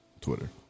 Twitter